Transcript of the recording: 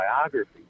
biography